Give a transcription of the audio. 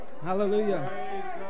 Hallelujah